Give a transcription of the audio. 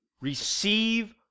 Receive